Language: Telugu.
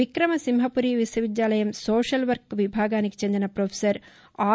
విక్రమశింహపురి విశ్వవిద్యాలయం సోషల్ వర్క్ విభాగానికి చెందిన ఫ్రొఫెసర్ ఆర్